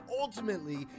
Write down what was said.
ultimately